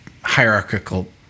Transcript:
hierarchical